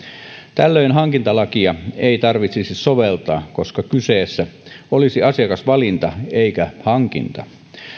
tällöin hankintalakia ei tarvitsisi soveltaa koska kyseessä olisi asiakasvalinta eikä hankinta